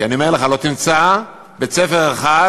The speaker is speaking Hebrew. כי אני אומר לך, לא תמצא בית-ספר אחד